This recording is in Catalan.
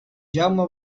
jaume